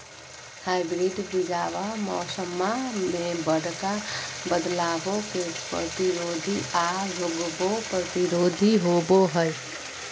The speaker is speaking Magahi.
हाइब्रिड बीजावा मौसम्मा मे बडका बदलाबो के प्रतिरोधी आ रोगबो प्रतिरोधी होबो हई